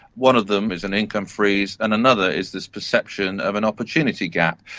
one of them is an income freeze, and another is this perception of an opportunity gap.